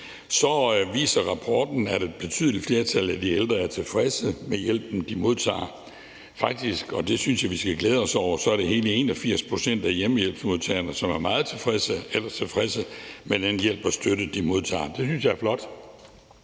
viser rapporten, at et betydeligt flertal af de ældre er tilfredse med hjælpen, de modtager. Faktisk, og det synes jeg vi skal glæde os over, er det hele 81 pct. af hjemmehjælpsmodtagerne, som er meget tilfredse eller tilfredse med den hjælp og støtte, de modtager. Det synes jeg er flot.